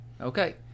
Okay